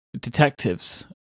detectives